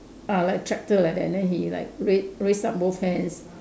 ah like tractor like that then he like rai~ raise up both hands